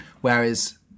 whereas